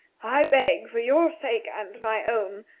i beg for your sake and my own,